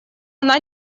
она